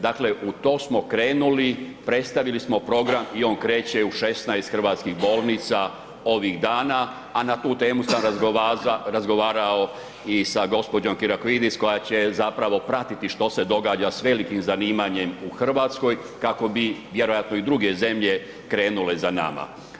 Dakle u to smo krenuli, predstavili smo program i on kreće u 16 hrvatskih bolnica ovih dana, a na tu temu sam razgovaralo i sa gđom. Kyriakidou koja će zapravo pratiti što se događa s velikom zanimanjem u Hrvatskoj kako bi vjerojatno i druge zemlje krenule za nama.